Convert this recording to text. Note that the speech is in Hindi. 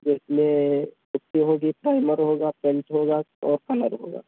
जिसमें पुट्टी होगी प्राइमर होगा पैंट होगा और कलर होगा